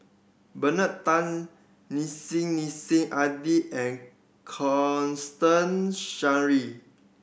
Bernard Tan Nissim Nassim Adi and Constance